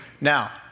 Now